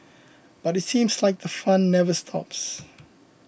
but it seems like the fun never stops